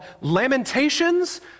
Lamentations